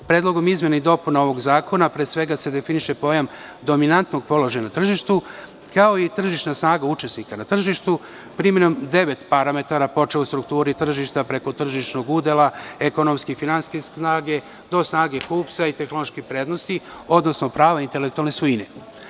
Predlogom izmena i dopuna ovog zakona pre svega se definiše pojam dominantnog položaja na tržištu, kao i tržišna snaga učesnika na tržištu primenom devet parametara, počev u strukturi tržišta, preko tržišnog udela ekonomske i finansijske snage, do snage kupca i tehnoloških prednosti, odnosno prava intelektualne svojine.